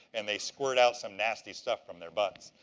and they squirt out some nasty stuff from their butts.